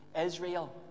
Israel